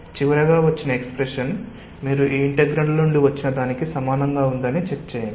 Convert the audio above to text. చివరగా వచ్చిన ఎక్స్ప్రెషన్ మీరు ఈ ఇంటిగ్రల్ నుండి వచ్చిన దానికి సమానంగా ఉందని చెక్ చేయండి